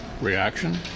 reaction